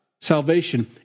salvation